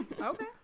Okay